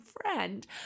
friend